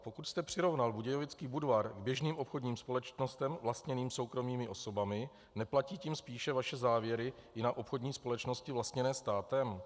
Pokud jste přirovnal Budějovický Budvar k běžným obchodním společnostem vlastněným soukromými osobami, neplatí tím spíše vaše závěry i na obchodní společnosti vlastněné státem?